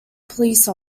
police